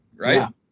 right